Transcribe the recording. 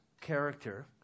character